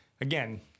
Again